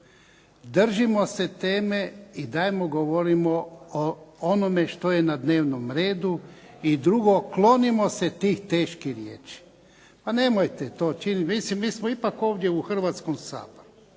Držimo se teme i dajmo govorimo o onome što je na dnevnom redu i drugo, klonimo se tih teških riječi. Pa nemojte to činiti, mislim mi smo ipak ovdje u Hrvatskom saboru.